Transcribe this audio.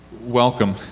welcome